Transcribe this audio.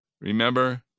Remember